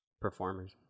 performers